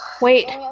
Wait